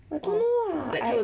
I don't know lah I